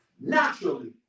naturally